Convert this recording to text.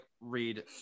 read